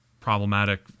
problematic